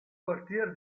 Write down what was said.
quartier